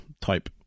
type